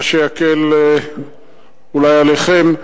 מה שיקל אולי עליכם.